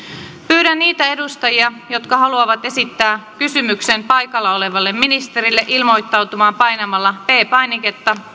pyydän niitä edustajia jotka haluavat esittää kysymyksen ministerille ilmoittautumaan nousemalla seisomaan ja painamalla p painiketta